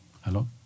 hello